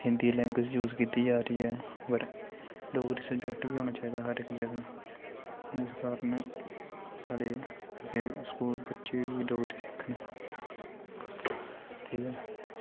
Hindi language use कीती जा रेही ऐ पर डोगरी सवजैक्ट बी होना चाहिदा हर इक जगह् जिस कारन साढ़े अग्गें स्कूल बच्चे बी डोगरी सिक्खन ठीक ऐ